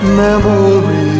memories